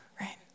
right